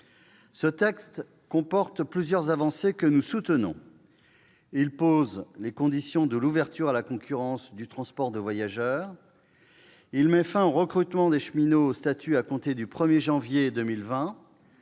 Ce texte comporte plusieurs avancées que nous soutenons : il pose les conditions de l'ouverture à la concurrence du transport de voyageurs, il met fin au recrutement au statut de cheminot à compter du 1 janvier 2020